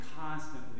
constantly